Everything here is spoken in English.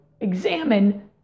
examine